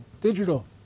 digital